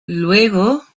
luego